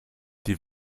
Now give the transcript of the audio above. die